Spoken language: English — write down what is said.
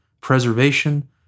preservation